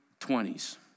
20s